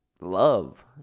love